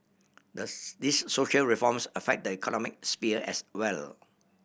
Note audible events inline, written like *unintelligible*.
*unintelligible* these social reforms affect the economic sphere as well